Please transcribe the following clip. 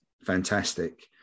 fantastic